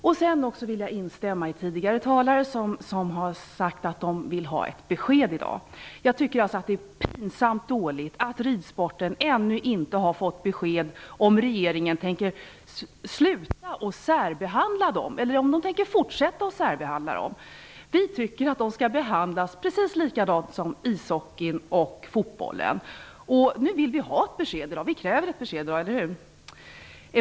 Jag vill också instämma med tidigare talare som har sagt att de vill ha ett besked i dag. Det är pinsamt dåligt att ridsporten ännu inte har fått besked om ifall regeringen tänker sluta att särbehandla sporten eller om de tänker fortsätta att särbehandla den. Vi tycker att den skall behandlas på precis samma sätt som ishockeyn och fotbollen. Nu vill vi ha ett besked i dag. Vi kräver ett besked i dag, eller hur?